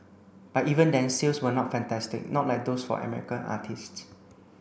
but even then sales were not fantastic not like those for American artistes